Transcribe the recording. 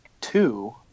two